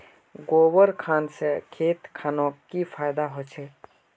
गोबर खान से खेत खानोक की फायदा होछै?